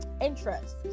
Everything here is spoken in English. Interest